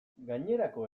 gainerako